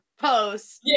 post